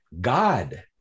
God